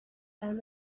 time